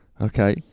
okay